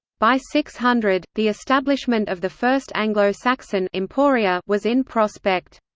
by six hundred, the establishment of the first anglo-saxon emporia was in prospect.